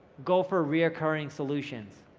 go for reoccurring solutions.